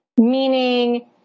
Meaning